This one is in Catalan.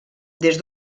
des